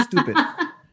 Stupid